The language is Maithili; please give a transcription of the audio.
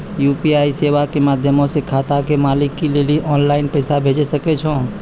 यू.पी.आई सेबा के माध्यमो से खाता के मालिक लेली आनलाइन पैसा भेजै सकै छो